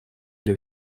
для